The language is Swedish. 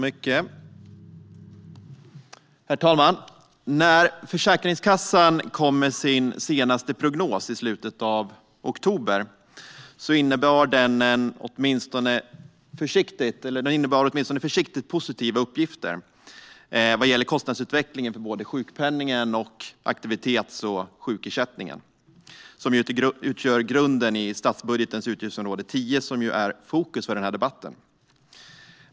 Herr talman! När Försäkringskassan kom med sin senaste prognos i slutet av oktober innebar den åtminstone försiktigt positiva uppgifter vad gäller kostnadsutvecklingen för både sjukpenningen och aktivitets och sjukersättningen, som utgör grunden i statsbudgetens utgiftsområde 10 som är fokus för denna debatt.